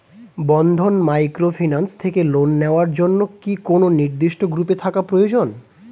বন্ধন microfinance থেকে loan নেওয়ার জন্য কি কোন নির্দিষ্ট গ্রুপে থাকা প্রয়োজন?